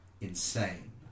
insane